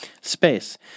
space